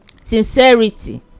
Sincerity